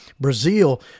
Brazil